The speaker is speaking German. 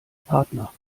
partner